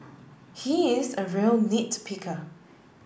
he is a real nit picker